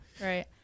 Right